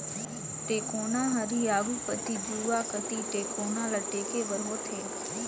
टेकोना हर ही आघु कती जुवा कती टेकोना ल टेके बर होथे